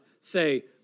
say